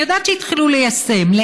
אני יודעת שהתחילו ליישם,